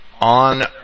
on